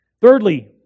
Thirdly